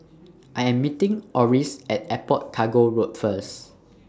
I Am meeting Orris At Airport Cargo Road First